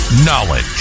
Knowledge